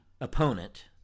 opponent